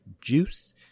juice